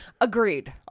Agreed